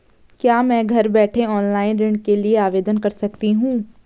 क्या मैं घर बैठे ऑनलाइन ऋण के लिए आवेदन कर सकती हूँ?